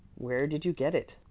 where did you get it?